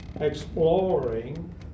exploring